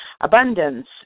abundance